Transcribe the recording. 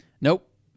nope